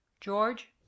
george